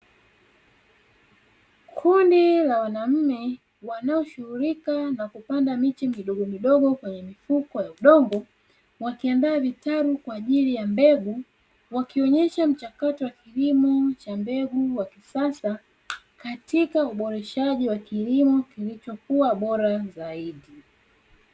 Kundi la wanaume wanaoshughulika na kupanda miti midogo midogo kwenye mifuko ya udongo wakiandaa vitalu kwa ajili ya mbegu wakionyesha mchakato wa kilimo cha mbegu wa kisasa katika uboreshaji wa kilimo kilicho kuwa bora zaidi.